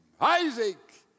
Isaac